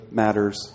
matters